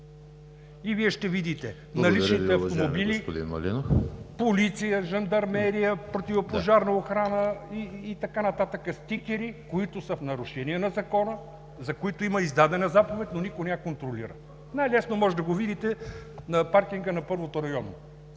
господин Малинов. РОСЕН МАЛИНОВ: …полиция, жандармерия, противопожарна охрана и така нататък – стикери, които са в нарушение на Закона, за които има издадена заповед, но никой не я контролира. Най-лесно може да го видите на паркинга на първото районно